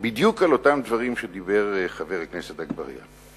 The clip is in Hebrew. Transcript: בדיוק על אותם דברים שדיבר עליהם חבר הכנסת אגבאריה.